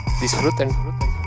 Disfruten